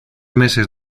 meses